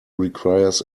requires